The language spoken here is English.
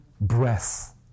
Breath